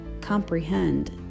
comprehend